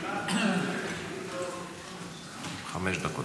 חמש דקות